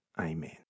Amen